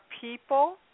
people